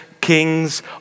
kings